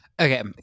Okay